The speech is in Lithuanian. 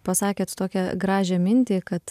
pasakėt tokią gražią mintį kad